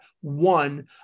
one